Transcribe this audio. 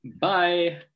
Bye